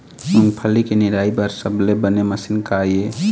मूंगफली के निराई बर सबले बने मशीन का ये?